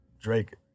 Drake